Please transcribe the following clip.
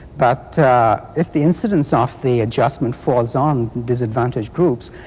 but if the incidence of the adjustment falls on disadvantaged groups,